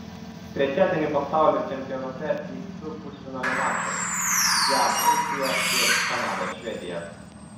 trečiadienį pasaulio čempionate vyks du pusfinalio mačai jav rusija ir kanada švedija